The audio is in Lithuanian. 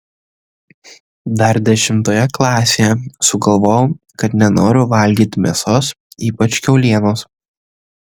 dar dešimtoje klasėje sugalvojau kad nenoriu valgyti mėsos ypač kiaulienos